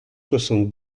soixante